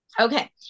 Okay